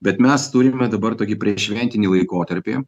bet mes turime dabar tokį prieššventinį laikotarpį